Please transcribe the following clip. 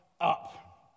up